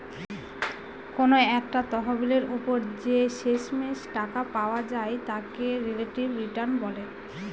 কোনো একটা তহবিলের ওপর যে শেষমেষ টাকা পাওয়া যায় তাকে রিলেটিভ রিটার্ন বলে